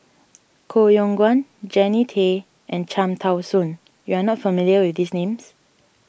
Koh Yong Guan Jannie Tay and Cham Tao Soon you are not familiar with these names